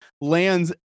lands